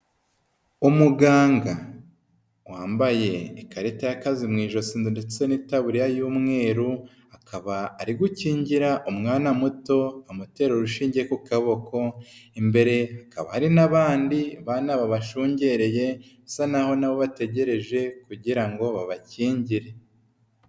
Umuganga wambaye ikarita y'akazi mu ijosi ndetse n'itaburiya y'umweru akaba ari gukingira umwana muto amutera urushinge ku kaboko imbere hakaba hari n'abandi bana babashungereye bisa n'aho na bo bategereje kugira ngo babakingire.